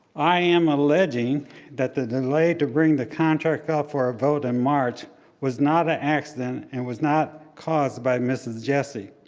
i am alleging that the delay to bring the contract up for a vote in march was not an accident, and was not caused by mrs. jessie.